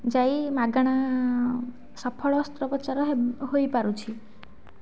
ଯାଇ ମାଗେଣା ସଫଳ ଅସ୍ତ୍ରୋପଚାର ହୋଇପାରୁଛି